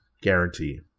Guarantee